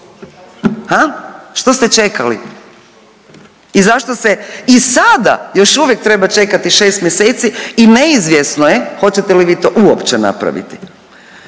što ste čekali? I zašto se i sada još uvijek treba čekati 6 mjeseci i neizvjesno je hoćete li vi to uopće napraviti?